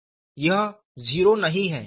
यह 0 नहीं है